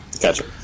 gotcha